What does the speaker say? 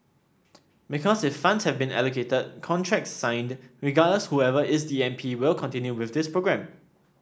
because if funds have been allocated contracts signed regardless whoever is the M P will continue with this programme